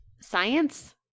science